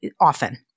often